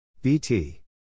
BT